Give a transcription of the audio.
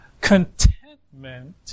contentment